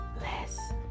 less